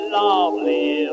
lovely